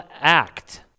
act